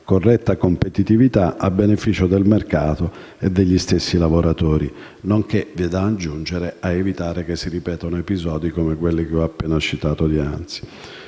corretta competitività, a beneficio del mercato e degli stessi lavoratori, nonché - c'è da aggiungere - ad evitare che si ripetano episodi come quelli appena citati.